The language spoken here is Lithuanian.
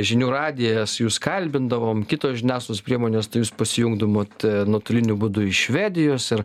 žinių radijas jus kalbindavom kitos žiniasklaidos priemonės tai jūs pasijungdavot nuotoliniu būdu iš švedijos ir